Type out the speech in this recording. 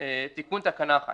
"תיקון תקנה 1